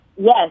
Yes